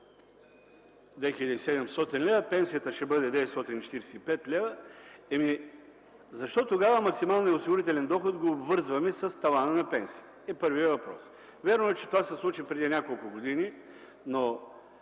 стане 2700 лв., пенсията ще бъде 945 лв. Защо тогава максималният осигурителен доход го обвързваме с тавана на пенсиите, е първият въпрос? Вярно е, че това се случи преди няколко години, но